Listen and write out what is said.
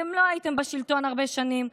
אתם הייתם בשלטון הרבה שנים,